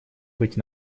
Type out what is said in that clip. быть